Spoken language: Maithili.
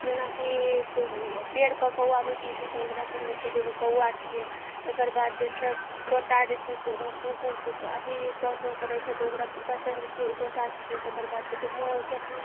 जेनाकि पेड़पर कौआ बैठै छै तऽ ओकरा चिन्ह जाइ छै जे उ कौआ छियै तकर बाद जे छै तोता जे छै कू कू अथी तौ तौ करय छै तऽ ओकरा पहिचान जाइ छियै ओ तोता छियै तकर बाद जे छै मोरके